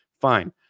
Fine